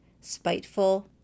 spiteful